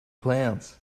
clowns